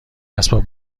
اسباب